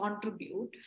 contribute